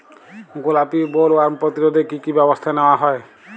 গোলাপী বোলওয়ার্ম প্রতিরোধে কী কী ব্যবস্থা নেওয়া হয়?